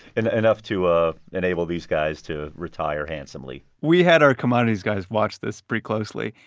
and enough to ah enable these guys to retire handsomely we had our commodities guys watch this pretty closely,